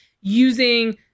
using